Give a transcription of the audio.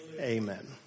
Amen